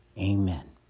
amen